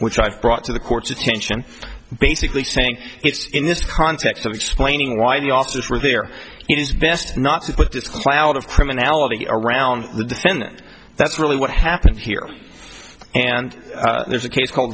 which i brought to the court's attention basically saying it's in this context of explaining why the officers were there it is best not to put this cloud of criminality around the defendant that's really what happened here and there's a case called